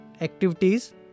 activities